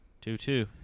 Two-two